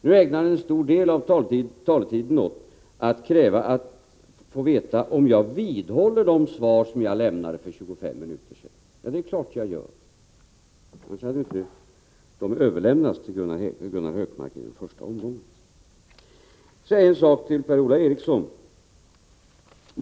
Nu ägnade han en stor del av sin taletid åt att kräva att få veta om jag vidhåller de svar som jag lämnade för 25 minuter sedan. Det är klart att jag gör! Annars hade de inte överlämnats till Gunnar Hökmark i den första omgången. Så en sak till Per-Ola Eriksson.